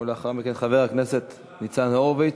ולאחר מכן, חבר הכנסת ניצן הורוביץ.